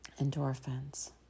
endorphins